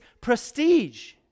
prestige